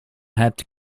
had